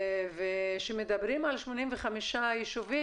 כשמדברים על 85 ישובים,